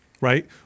right